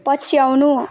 पछ्याउनु